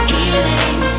Healing